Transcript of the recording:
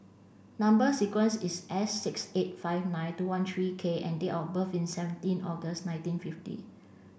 number sequence is S six eight five nine two one three K and date of birth is seventeen August nineteen fifty